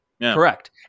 correct